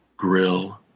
grill